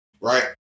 right